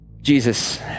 Jesus